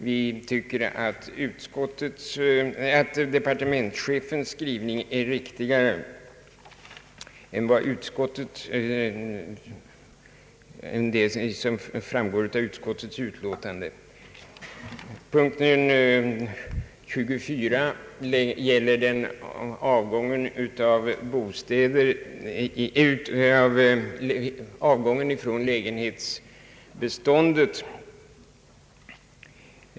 Vi tycker att departementschefens skrivning är riktigare än utskottets. Reservation 24 gäller avgången från lägenhetsbeståndet.